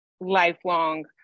lifelong